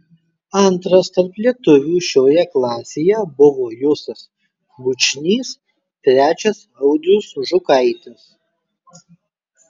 antras tarp lietuvių šioje klasėje buvo justas bučnys trečias audrius žukaitis